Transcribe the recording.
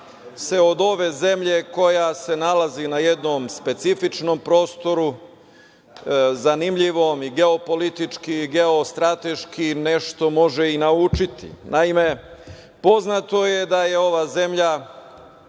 se od ove zemlje koja se nalazi na jednom specifičnom prostoru, zanimljivom i geopolitički, geostrateški, nešto može i naučiti. Naime, poznato je da je ova zemlja